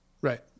Right